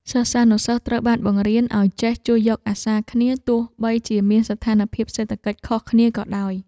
សិស្សានុសិស្សត្រូវបានបង្រៀនឱ្យចេះជួយយកអាសាគ្នាទោះបីជាមានស្ថានភាពសេដ្ឋកិច្ចខុសគ្នាក៏ដោយ។